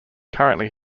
currently